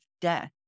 death